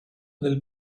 del